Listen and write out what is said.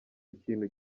ikintu